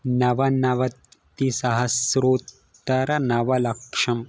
नवनवतिसहस्रोत्तरनवलक्षम्